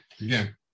Again